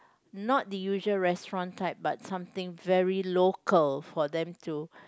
not the usual restaurant type but something very local for them to